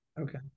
Okay